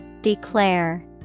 Declare